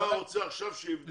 אתה רוצה עכשיו שיבדקו